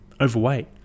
overweight